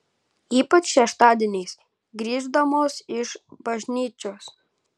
ypač šeštadieniais grįždamos iš bažnyčios